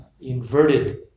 inverted